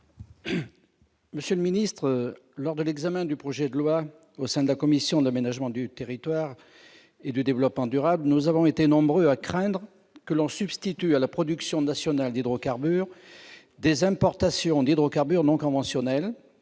Monsieur le ministre d'État, lors de l'examen du projet de loi par la commission de l'aménagement du territoire et du développement durable, nous avons été nombreux à craindre que l'on substitue à la production nationale d'hydrocarbures des importations d'hydrocarbures non conventionnels,